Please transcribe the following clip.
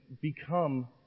become